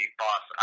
boss